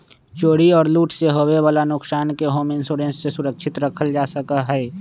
चोरी और लूट से होवे वाला नुकसान के होम इंश्योरेंस से सुरक्षित रखल जा सका हई